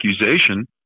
accusation